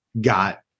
got